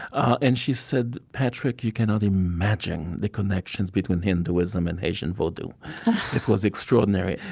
and she said, patrick, you cannot imagine the connections between hinduism and haitian vodou it was extraordinary.